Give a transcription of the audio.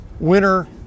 Winner